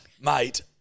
mate